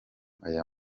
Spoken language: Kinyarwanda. aya